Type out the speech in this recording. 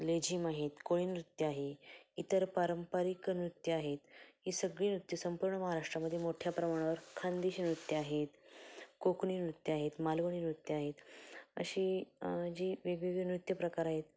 लेझिम आहेत कोळीनृत्य आहे इतर पारंपरिक नृत्यं आहेत ही सगळी नृत्यं संपूर्ण महाराष्ट्रामध्ये मोठ्या प्रमाणावर खानदेशी नृत्यं आहेत कोंकणी नृत्यं आहेत मालवणी नृत्यं आहेत अशी जी वेगवेगळे नृत्यप्रकार आहेत